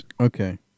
Okay